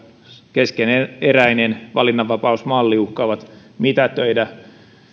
keskeneräinen valinnanvapausmalli uhkaavat mitätöidä